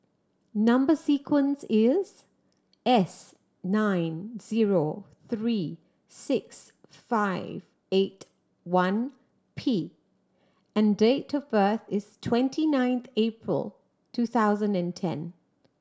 number sequence is S nine zero three six five eight one P and date of birth is twenty nine April two thousand and ten